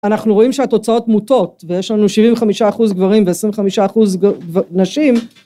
אנחנו רואים שהתוצאות מוטות ויש לנו שבעים וחמישה אחוז גברים ועשרים וחמישה אחוז נשים